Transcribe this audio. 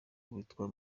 witwa